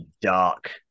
dark